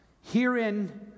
Herein